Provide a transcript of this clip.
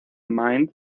mind